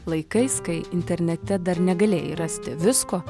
laikais kai internete dar negalėjai rasti visko